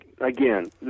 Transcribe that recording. again